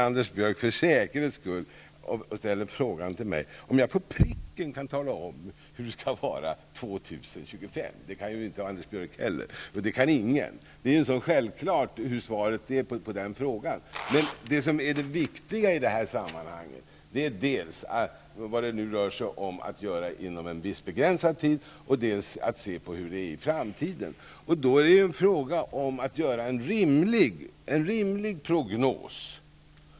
Anders Björck frågar mig om jag på pricken kan tala om hur det kommer att vara år 2025. Det kan inte Anders Björck heller. Det kan ingen. Svaret på den frågan är självklart. Det viktiga i det här sammanhanget är dels det som bör göras inom en viss begränsad tid, dels att se på hur det blir i framtiden. Då är det frågan om att göra en rimlig prognos.